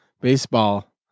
baseball